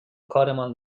کارمان